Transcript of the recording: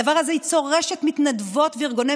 הדבר הזה ייצור רשת מתנדבות וארגוני